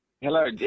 hello